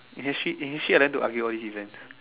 initiate initiate them to argue all this event